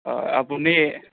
অঁ আপুনি